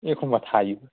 एखमबा थायो